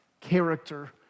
character